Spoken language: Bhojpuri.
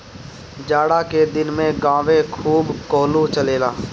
जाड़ा के दिन में गांवे खूब कोल्हू चलेला